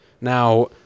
Now